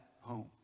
home